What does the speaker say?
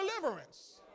deliverance